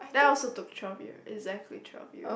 that also took twelve year exactly twelve year